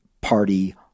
party